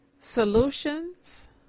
solutions